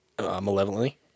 malevolently